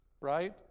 right